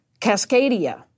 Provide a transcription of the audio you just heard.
Cascadia